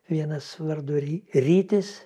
vienas vardu ry rytis